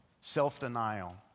self-denial